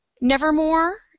Nevermore